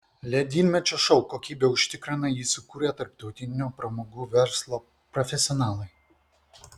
ledynmečio šou kokybę užtikrina jį sukūrę tarptautinio pramogų verslo profesionalai